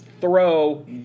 throw